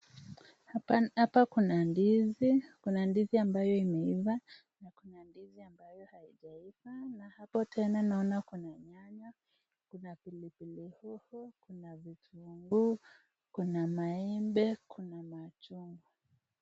Hapa kuna ndizi, kuna ndizi ambayo imeiva na kuna ndizi ambayo haijaiva. Hapo tena naona kuna nyanya, kuna pilipili hoho, kuna vitunguu, kuna maembe, kuna machungwa.